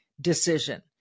decision